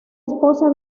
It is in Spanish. esposa